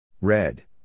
Red